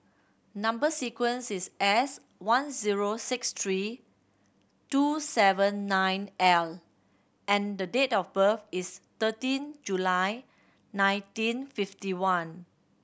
number sequence is S one zero six three two seven nine L and the date of birth is thirteen July nineteen fifty one